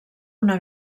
una